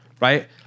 right